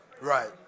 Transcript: right